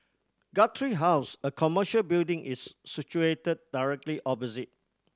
Guthrie House a commercial building is situated directly opposite